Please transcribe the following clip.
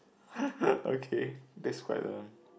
okay that's quite a